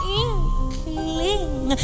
inkling